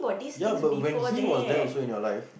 ya but when he was there also in your life